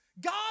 God